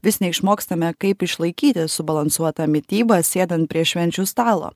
vis neišmokstame kaip išlaikyti subalansuotą mitybą sėdant prie švenčių stalo